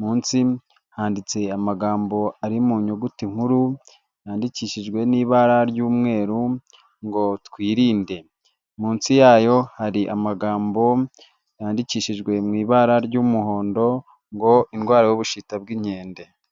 munsi handitse amagambo ari mu nyuguti nkuru yandikishijwe n'ibara ry'umweru ngo twirinde, munsi yayo hari amagambo yandikishijwe mu ibara ry'umuhondo ngo indwara y'ubushita bw'inkende.